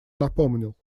напомнил